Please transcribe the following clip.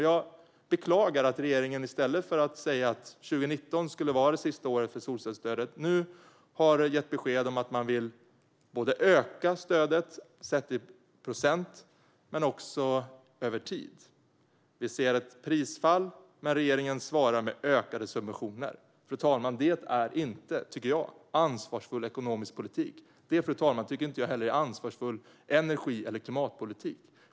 Jag beklagar att regeringen i stället för att säga att 2019 skulle vara det sista året för solcellsstöd nu har gett besked om att stödet ska ökas i procent och över tid. Det råder ett prisfall, men regeringen svarar med ökade subventioner. Fru talman! Det är inte ansvarsfull ekonomisk politik. Det är inte heller ansvarsfull energi eller klimatpolitik.